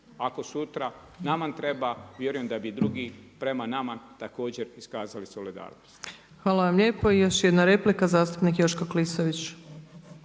Ako sutra nama treba, vjerujem da bi i drugi prema nama također iskazali solidarnost. **Opačić, Milanka (SDP)** Hvala vam lijepo. I još jedna replika zastupnik Joško Klisović.